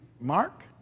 Mark